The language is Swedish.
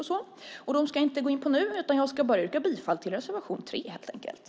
Dessa ska jag inte gå in på nu. Jag ska bara yrka bifall till reservation 3, helt enkelt.